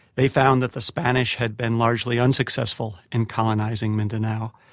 they found that the spanish had been largely unsuccessful in colonising mindanao.